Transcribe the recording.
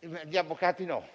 Agli avvocati, no,